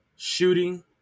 Shooting